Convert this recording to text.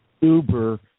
Uber